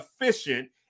efficient